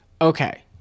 Okay